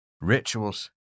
rituals